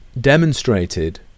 Demonstrated